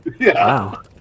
Wow